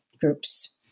groups